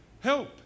Help